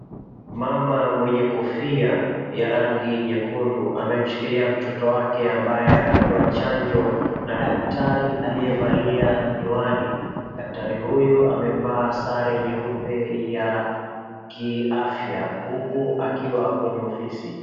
Mama mwenye kofia ya rangi nyekundu amemshikilia mtoto wake ambaye anapewa chanjo na daktari aliyevalia miwani, daktari huyo amevaa sare nyeupe ya kiafya huku akiwa kwenye ofisi.